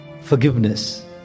forgiveness